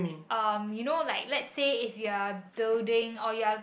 um you know like let's say if you're building or you are